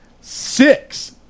six